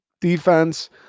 defense